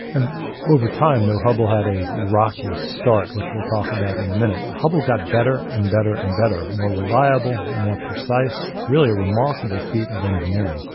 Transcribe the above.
and over time, though hubble had a rocky start, which we'll talk about in a minute hubble got better and better and better more reliable, more precise, really a remarkable feat of engineering.